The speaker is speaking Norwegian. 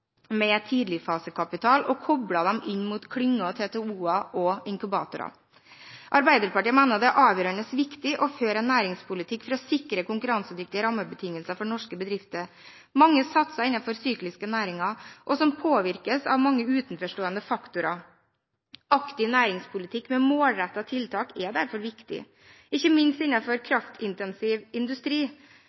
med tidligfasekapital og kobler dem inn mot klynger, TTO-er og inkubatorer. Arbeiderpartiet mener det er avgjørende viktig å føre en næringspolitikk som sikrer konkurransedyktige rammebetingelser for norske bedrifter. Mange satser innenfor sykliske næringer, som påvirkes av mange utenforstående faktorer. Aktiv næringspolitikk, med målrettede tiltak, er derfor viktig – ikke minst innenfor kraftintensiv industri.